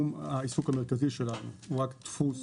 העיסוק המרכזי שלנו הוא דפוס